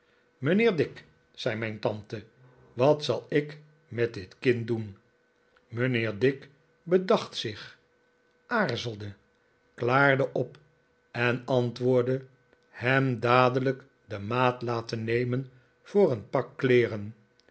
mijnheer dick zei mijn tante wat zal ik met dit kind doen mijnheer dick bedacht zich aarzelde david copper field klaarde op en antwoordde hem dadelijk de maat laten nemen voor een pak kleeren